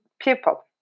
people